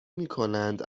میکنند